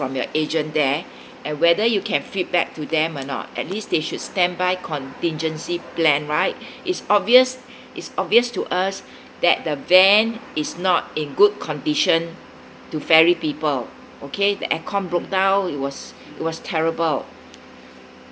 from your agent there and whether you can feedback to them or not at least they should stand by contingency plan right is obvious it's obvious to us that the van is not in good condition to ferry people okay the air-con broke down it was it was terrible